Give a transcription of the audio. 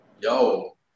Yo